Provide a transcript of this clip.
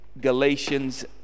Galatians